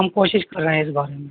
ہم کوشش کر رہے ہیں اس بارے میں